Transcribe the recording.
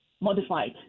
modified